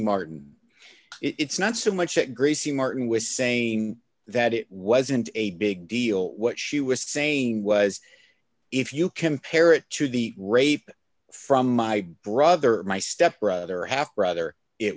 martin it's not so much that gracie martin was saying that it wasn't a big deal what she was saying was if you compare it to the rape from my brother my step brother half brother it